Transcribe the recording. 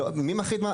מי מחליט?